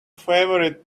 favorite